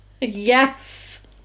Yes